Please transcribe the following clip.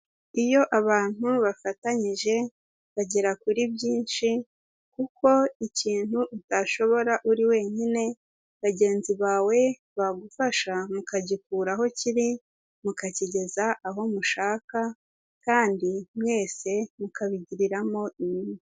Iyo abantu bafatanyije, bagera kuri byinshi, kuko ikintu utashobora uri wenyine, bagenzi bawe bagufasha, mukagikura aho kiri, mukakigeza aho mushaka, kandi mwese mukabigiriramo inyungu.